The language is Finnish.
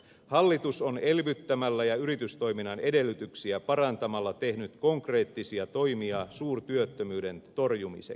hallitus on elvyttämällä ja yritystoiminnan edellytyksiä parantamalla tehnyt konkreettisia toimia suurtyöttömyyden torjumiseksi